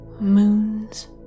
moons